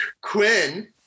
Quinn